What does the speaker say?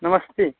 नमस्ते